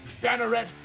Banneret